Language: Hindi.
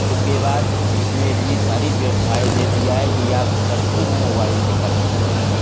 इसके बाद इस में इतनी सारी व्यवस्थाएं दे दिया है कि आप सब कुछ मोबाइल से कर सकते हैं